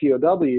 POW